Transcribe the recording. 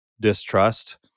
distrust